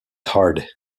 hard